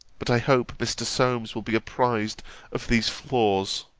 but i hope mr. solmes will be apprised of these flaws.